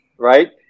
right